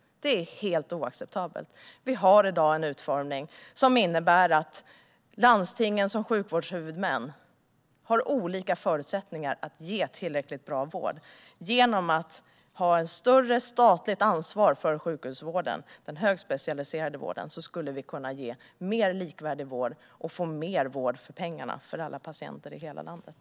Vi har i dag en utformning som innebär att landstingen som sjukvårdshuvudmän har olika förutsättningar att ge tillräckligt bra vård. Genom att ha ett större statligt ansvar för sjukhusvården, den högspecialiserade vården, skulle vi kunna ge mer likvärdig vård och få mer vård för pengarna för alla patienter i hela landet.